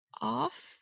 Off